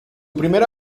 primera